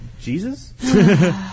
Jesus